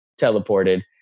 teleported